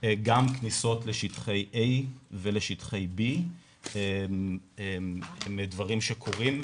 גם כניסות לשטחי A ולשטחי B הם דברים שקורים,